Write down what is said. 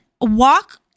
walk